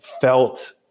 felt